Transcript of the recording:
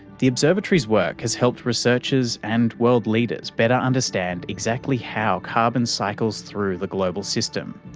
the observatory's work has helped researchers and world leaders better understand exactly how carbon cycles through the global system,